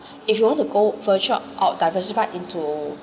if you want to go for job out diversify into